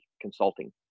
Consulting